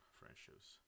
friendships